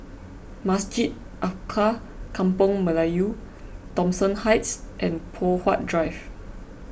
Masjid Alkaff Kampung Melayu Thomson Heights and Poh Huat Drive